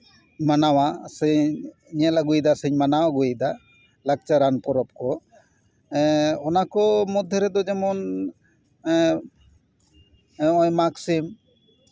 ᱢᱟᱱᱟᱣᱟ ᱥᱮᱧ ᱧᱮᱞ ᱟᱹᱜᱩᱭᱮᱫᱟ ᱥᱮᱧ ᱢᱟᱱᱟᱣ ᱟᱹᱜᱩᱭᱮᱫᱟ ᱞᱟᱠᱪᱟᱨ ᱟᱱ ᱯᱚᱨᱚᱵᱽ ᱠᱚ ᱚᱱᱟ ᱠᱚ ᱢᱚᱫᱽᱫᱷᱮ ᱨᱮᱫᱚ ᱡᱮᱢᱚᱱ ᱱᱚᱜᱼᱚᱭ ᱢᱟᱜᱽ ᱥᱤᱢ